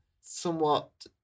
somewhat